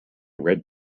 red